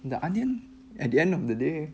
the onion at the end of the day